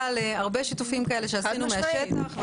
להרבה שיתופים שעשינו בשטח -- חד-משמעית.